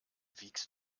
wiegst